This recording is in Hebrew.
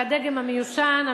זה הדגם המיושן,